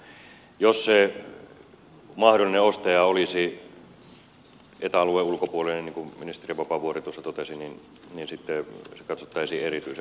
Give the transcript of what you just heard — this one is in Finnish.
jos se mahdollinen ostaja olisi eta alueen ulkopuolinen niin kuin ministeri vapaavuori tuossa totesi niin sitten se katsottaisiin erityisen huolella